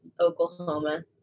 Oklahoma